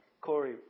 Corey